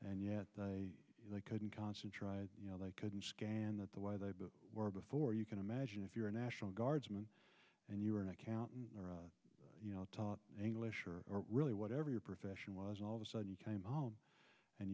and yet they couldn't concentrate you know they couldn't stand that the way they were before you can imagine if you're a national guardsman and you were an accountant or you know taught english or really whatever your profession was all of a sudden came home and